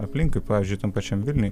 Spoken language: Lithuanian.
aplinkui pavyzdžiui tam pačiam vilniuj